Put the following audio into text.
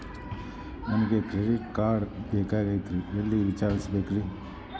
ನನಗೆ credit card ಬೇಕಾಗಿತ್ರಿ ಎಲ್ಲಿ ವಿಚಾರಿಸಬೇಕ್ರಿ?